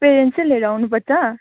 parents नै लिएर आउनुपर्छ